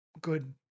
good